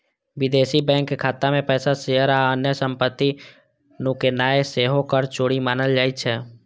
विदेशी बैंक खाता मे पैसा, शेयर आ अन्य संपत्ति नुकेनाय सेहो कर चोरी मानल जाइ छै